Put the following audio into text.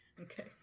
Okay